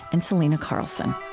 and selena carlson